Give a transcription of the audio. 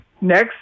next